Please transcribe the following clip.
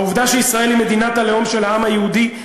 העובדה שישראל היא מדינת הלאום של העם היהודי,